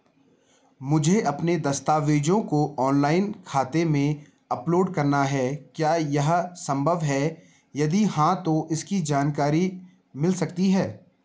मुझे अपने दस्तावेज़ों को ऑनलाइन खाते में अपलोड करना है क्या ये संभव है यदि हाँ तो इसकी जानकारी मिल सकती है?